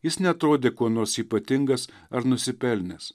jis neatrodė kuo nors ypatingas ar nusipelnęs